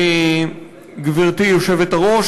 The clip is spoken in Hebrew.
גברתי היושבת-ראש,